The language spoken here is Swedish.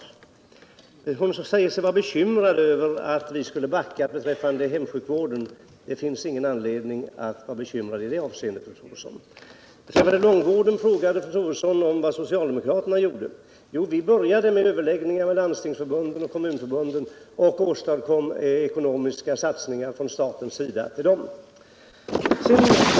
Vidare säger hon sig vara bekymrad över att vi skulle backa beträffande hemsjukvården. Det finns ingen anledning att vara bekymrad i det avseendet, fru Troedsson. Angående långvården frågade fru Troedsson vad socialdemokraterna gjorde. Jo, vi började med överläggningar med landstingsoch kommunförbunden och åstadkom ekonomiska satsningar från staten till dem.